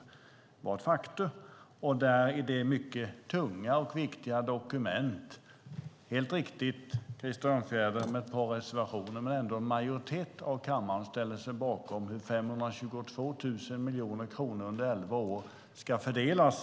Det är helt riktigt, Krister Örnfjäder, att det fanns ett par reservationer, men i detta mycket tunga och viktiga dokument ställde sig en majoritet av kammaren bakom hur 522 000 miljoner kronor under elva år ska fördelas.